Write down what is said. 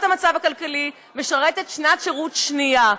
המצב הכלכלי משרתת שנת שירות שנייה.